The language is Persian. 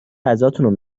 غذاتون